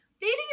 Dating